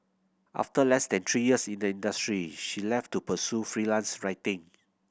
after less than three years in the industry she left to pursue freelance writing